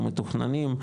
או מתוכננים,